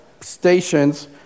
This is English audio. stations